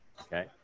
okay